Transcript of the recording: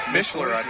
Mischler